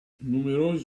numerosi